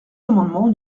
amendement